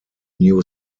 new